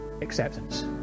acceptance